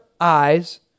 eyes